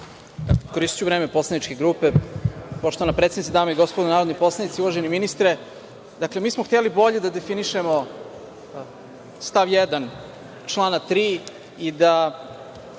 Koristiću vreme poslaničke grupe. Poštovana predsednice, dame i gospodo narodni poslanici, uvaženi ministre, hteli smo bolje da definišemo stav 1. člana 3. i da